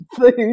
food